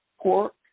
Pork